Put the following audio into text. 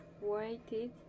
waited